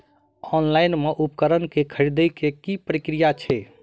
Online मे उपकरण केँ खरीदय केँ की प्रक्रिया छै?